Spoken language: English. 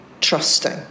trusting